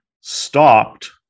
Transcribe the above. stopped